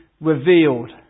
revealed